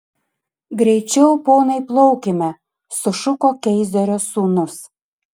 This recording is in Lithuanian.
greičiau ponai plaukime sušuko keizerio sūnus